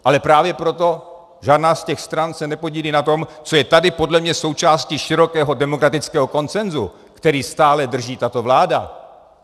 Ale právě proto žádná z těch stran se nepodílí na tom, co je tady podle mě součástí širokého demokratického konsenzu, který stále drží tato vláda.